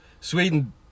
Sweden